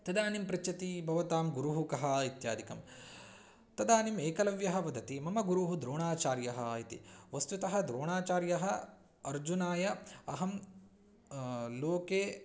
तदानीं पृच्छति भवतां गुरुः कः इत्यादिकं तदानीम् एकलव्यः वदति मम गुरुः द्रोणाचार्यः इति वस्तुतः द्रोणाचार्यः अर्जुनाय अहं लोके